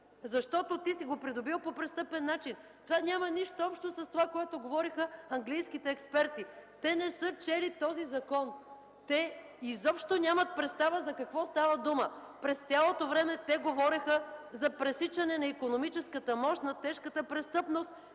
защото ти си го придобил по престъпен начин. Това няма нищо общо с това, което говореха английските експерти. Те не са чели този закон, те изобщо нямат представа за какво става дума. През цялото време говореха за пресичане на икономическата мощ на тежката престъпност,